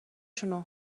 شونو